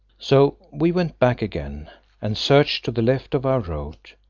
so we went back again and searched to the left of our road.